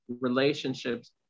relationships